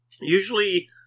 Usually